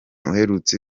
uherutse